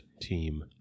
team